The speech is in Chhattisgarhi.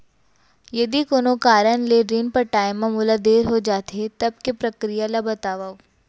यदि कोनो कारन ले ऋण पटाय मा मोला देर हो जाथे, तब के प्रक्रिया ला बतावव